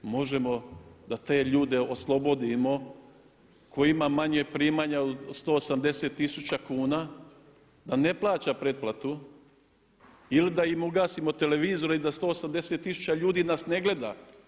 Možemo da te ljude oslobodimo tko ima manja primanja od 1800 kuna da ne plaća pretplatu ili da im ugasimo televizore i da 180 tisuća ljudi nas ne gleda.